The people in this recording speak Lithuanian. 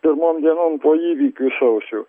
pirmom dienom po įvykių sausio